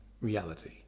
reality